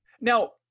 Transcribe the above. Now